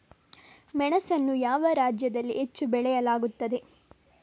ಮೆಣಸನ್ನು ಯಾವ ರಾಜ್ಯದಲ್ಲಿ ಹೆಚ್ಚು ಬೆಳೆಯಲಾಗುತ್ತದೆ?